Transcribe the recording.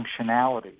functionality